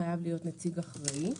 חייב נציג אחראי.